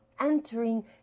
entering